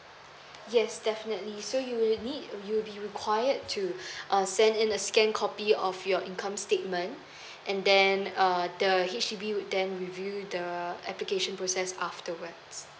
yes definitely so you'll need you'll be required to um send in a scanned copy of your income statement and then err the H_D_B would then review the application process afterwards